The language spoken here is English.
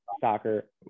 soccer